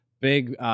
Big